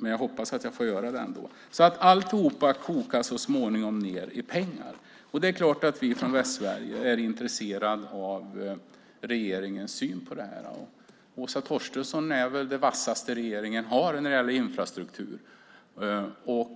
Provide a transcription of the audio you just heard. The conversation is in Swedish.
Men jag hoppas att jag får göra det. Alltihop kokar alltså ned till pengar. Det är klart att vi i Västsverige är intresserade av regeringens syn på detta. Åsa Torstensson är väl det vassaste regeringen har när det gäller infrastruktur. Ge oss